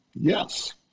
Yes